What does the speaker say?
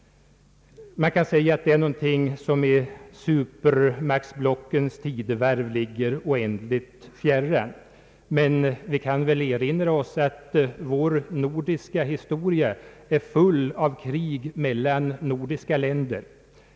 Man kan säga att det är någonting som i supermaktblockens tidevarv ligger oändligt fjärran. Men vår nordiska historia är full av krig mellan nordiska länder.